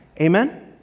Amen